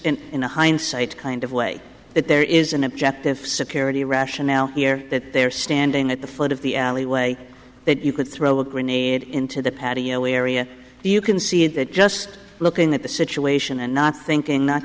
in hindsight kind of way that there is an objective security rationale here that they're standing at the foot of the alleyway that you could throw a grenade into the patio area you can see that just looking at the situation and not thinking not